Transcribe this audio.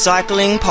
Cycling